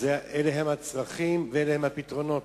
אלה הצרכים ואלה הפתרונות.